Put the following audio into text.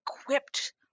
equipped